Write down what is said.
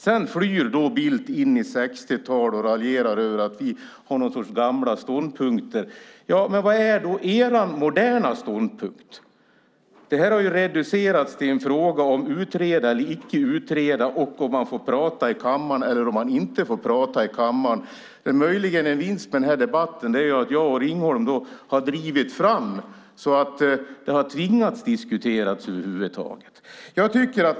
Sedan flyr Bildt in i 60-talet och raljerar över gamla ståndpunkter. Vad är då er moderna ståndpunkt? Det här har reducerats till en fråga om att utreda eller inte utreda, om man får prata i kammaren eller inte får prata i kammaren. Den möjliga vinsten med debatten är att jag och Ringholm har drivit fram frågan och tvingat fram en diskussion.